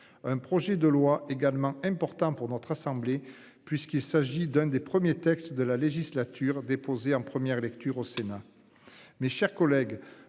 Un projet de loi également important pour notre assemblée, puisqu'il s'agit d'un des premiers textes de la législature déposé en première lecture au Sénat.